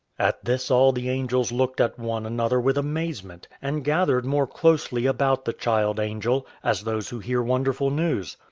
at this all the angels looked at one another with amazement, and gathered more closely about the child-angel, as those who hear wonderful news.